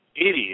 idiot